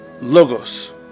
logos